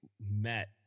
met